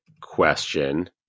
question